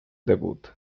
debut